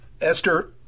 Esther